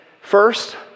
First